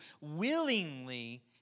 willingly